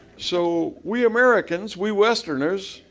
so we americans, we westerners,